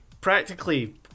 practically